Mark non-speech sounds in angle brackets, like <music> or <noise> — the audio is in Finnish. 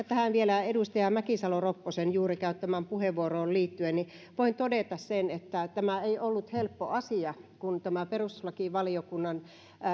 <unintelligible> tähän vielä edustaja mäkisalo ropposen juuri käyttämään puheenvuoroon liittyen voin todeta sen että tämä ei ollut helppo asia kun tämä perustuslakivaliokunnan